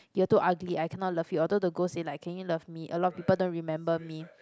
you're too ugly I cannot love you although the ghost say like can you love me a lot of people don't remember me